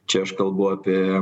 čia aš kalbu apie